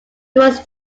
was